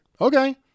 Okay